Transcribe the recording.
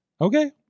Okay